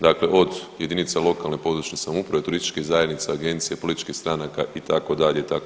Dakle, od jedinica lokalne, područne samouprave, turističkih zajednica, agencija, političkih stranaka itd., itd.